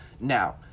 now